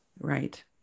right